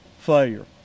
failure